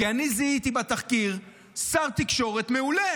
כי אני זיהיתי בתחקיר שר תקשורת מעולה.